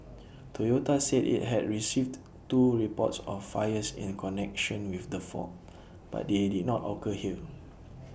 Toyota said IT had received two reports of fires in connection with the fault but they did not occur here